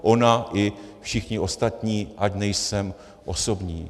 Ona i všichni ostatní, ať nejsem osobní.